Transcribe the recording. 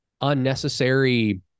unnecessary